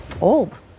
old